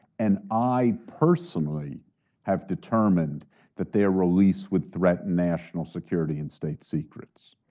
and i personally have determined that their release would threaten national security and state secrets.